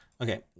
okay